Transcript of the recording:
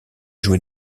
joué